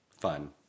fun